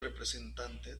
representante